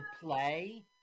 play